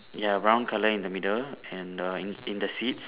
ya brown colour in the middle and err in in the seeds